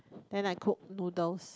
then I cook noodles